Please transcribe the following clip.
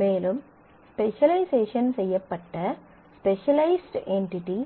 மேலும் ஸ்பெசலைசேஷன் செய்யப்பட்ட specialised entity